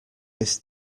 this